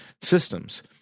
systems